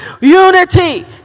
Unity